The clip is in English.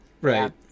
Right